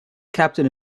captain